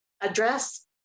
address